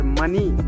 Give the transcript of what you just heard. money